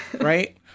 right